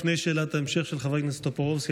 לפני שאלת ההמשך של חבר הכנסת טופורובסקי,